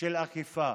של אכיפה.